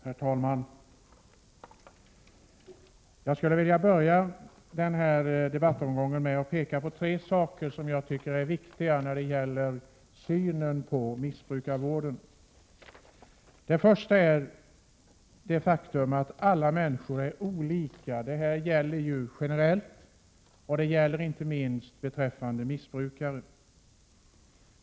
Herr talman! Jag skulle vilja börja denna debattomgång med att peka på tre förhållanden som jag tycker är viktiga när det gäller synen på missbrukarvården. Det första är det faktum att alla människor är olika. Detta gäller generellt och inte minst beträffande missbrukare.